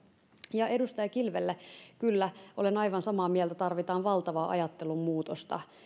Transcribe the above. ja edustaja kilvelle kyllä olen aivan samaa mieltä tarvitaan valtavaa ajattelun muutosta